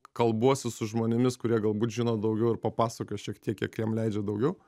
kalbuosi su žmonėmis kurie galbūt žino daugiau ir papasakoja šiek tiek kiek jiem leidžia daugiau